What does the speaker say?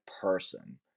person